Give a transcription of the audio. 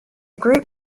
group